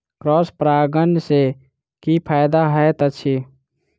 Cross परागण सँ की फायदा हएत अछि?